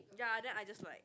ya then I just like